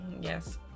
Yes